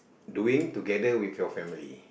doing together with your family